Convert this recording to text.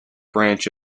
branch